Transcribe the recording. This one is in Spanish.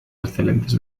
excelentes